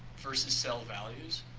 versus cell values.